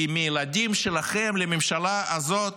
כי מהילדים שלכם לממשלה הזאת